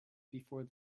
before